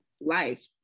life